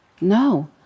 No